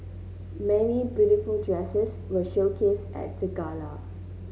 many beautiful dresses were showcased at the gala